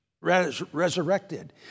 resurrected